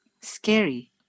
scary